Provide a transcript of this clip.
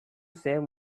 save